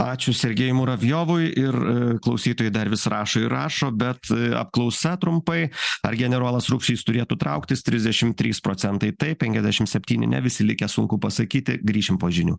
ačiū sergejui muravjovui ir klausytojai dar vis rašo ir rašo bet apklausa trumpai ar generolas rupšys turėtų trauktis trisdešim trys procentai taip penkiasdešim septyni ne visi likę sunku pasakyti grįšim po žinių